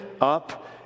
up